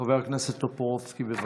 חבר הכנסת טופורובסקי, בבקשה.